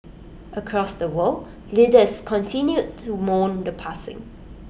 across the world leaders continued to mourn the passing